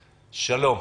שלום.